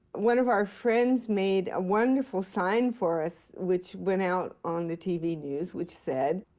one of our friends made a wonderful sign for us which went out on the tv news, which said,